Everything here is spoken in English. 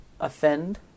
offend